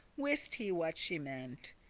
wist he what she meant,